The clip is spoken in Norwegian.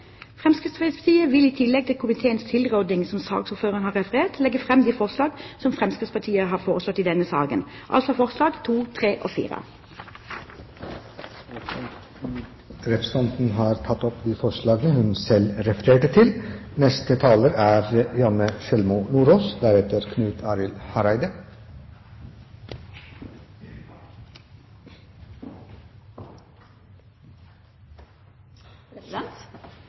Fremskrittspartiet vil i tillegg til komiteens tilråding, som saksordføreren har referert til, legge fram de forslag som Fremskrittspartiet har i denne saken, alene eller sammen med Kristelig Folkeparti, altså forslagene nr. 2, 3 og 4. Representanten Ingebjørg Godskesen har tatt opp de forslagene hun refererte til. Det er